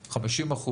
50%,